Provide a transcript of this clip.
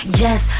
yes